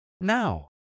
Now